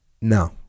no